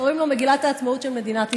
קוראים לו מגילת העצמאות של מדינת ישראל.